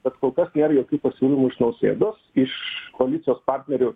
bet kol kas nėr jokių pasiūlymų iš nausėdos iš koalicijos partnerių